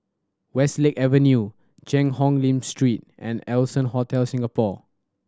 Westlake Avenue Cheang Hong Lim Street and Allson Hotel Singapore